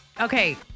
Okay